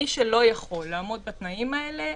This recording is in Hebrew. מי שלא יכול לעמוד בתנאים האלה,